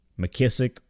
McKissick